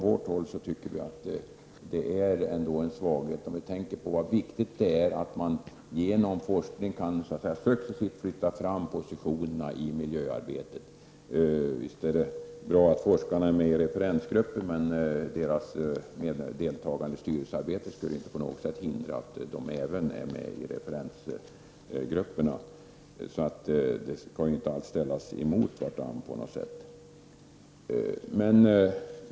Vi tycker att det är en svaghet när man tänker på hur viktigt det är att man genom forskningen successivt kan flytta fram positionerna i miljöarbetet. Visst är det bra att forskarna är med i referensgruppen, men deras deltagande i styrelsearbetet skulle inte på något sätt hindra att de även är med i referensgrupperna. Dessa två saker skall inte på något sätt ställas mot varandra.